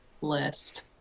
list